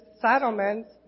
settlements